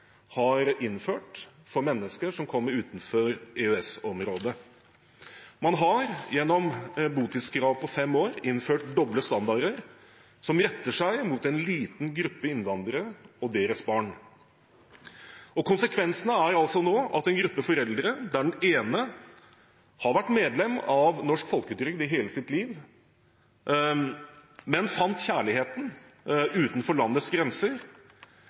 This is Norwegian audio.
har innført for mennesker som kommer fra utenfor EØS-området, ut. Man har gjennom botidskrav på fem år innført doble standarder som retter seg mot en liten gruppe innvandrere og deres barn, og konsekvensen er altså at en gruppe foreldre der den ene har vært medlem av norsk folketrygd i hele sitt liv, men fant kjærligheten utenfor landets grenser,